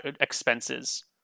expenses